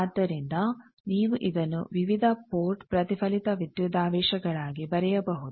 ಆದ್ದರಿಂದ ನೀವು ಇದನ್ನು ವಿವಿಧ ಪೋರ್ಟ್ ಪ್ರತಿಫಲಿತ ವಿದ್ಯುದಾವೇಶಗಳಾಗಿ ಬರೆಯಬಹುದು